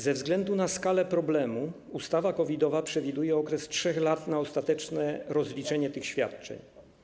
Ze względu na skalę problemu ustawa COVID-owa przewiduje okres 3 lat na ostateczne rozliczenie tych świadczeń.